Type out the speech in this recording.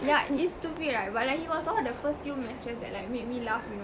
yeah it's stupid right but like he was one of the first few matches that like make me laugh you know